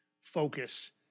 focus